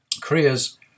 Korea's